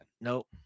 Nope